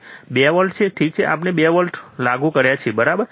2 volt ઠીક છે આપણે 2 વોલ્ટ લાગુ કર્યા બરાબર